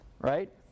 right